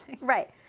right